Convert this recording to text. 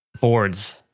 boards